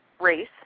race